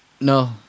No